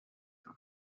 the